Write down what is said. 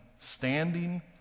standing